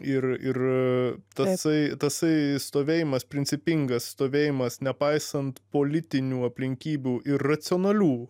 ir ir tasai tasai stovėjimas principingas stovėjimas nepaisant politinių aplinkybių ir racionalių